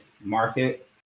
market